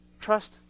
Trust